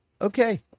okay